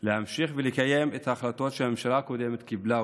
להמשיך ולקיים את ההחלטות שהממשלה הקודמת קיבלה,